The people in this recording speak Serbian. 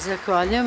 Zahvaljujem.